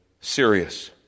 serious